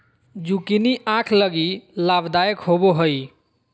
zucchini आंख लगी लाभदायक होबो हइ